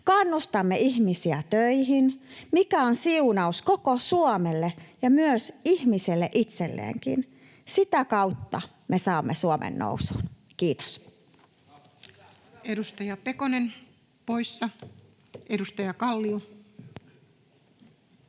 Kannustamme ihmisiä töihin, mikä on siunaus koko Suomelle ja ihmiselle itselleenkin. Sitä kautta me saamme Suomen nousuun. — Kiitos. [Speech 167] Speaker: